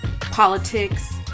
politics